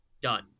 Done